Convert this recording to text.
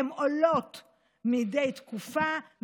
הן עולות מדי תקופה,